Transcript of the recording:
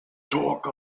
talk